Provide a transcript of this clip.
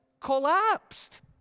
collapsed